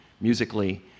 musically